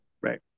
right